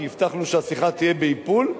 כי הבטחנו שהשיחה תהיה באיפול,